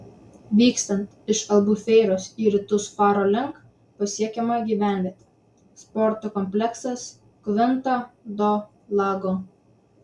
vykstant iš albufeiros į rytus faro link pasiekiama gyvenvietė sporto kompleksas kvinta do lago